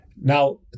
Now